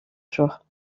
jour